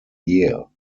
year